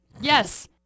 Yes